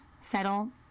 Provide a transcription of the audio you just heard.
Settle